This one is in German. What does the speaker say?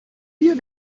hier